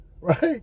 right